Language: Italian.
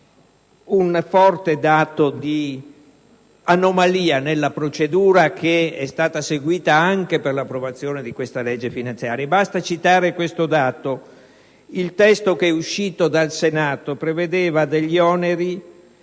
una forte anomalia nella procedura che è stata seguita anche per l'approvazione di questa legge finanziaria. Basta citare il seguente dato: il testo che è uscito dal Senato prevedeva degli oneri